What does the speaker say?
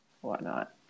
whatnot